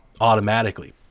Automatically